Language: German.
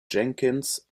jenkins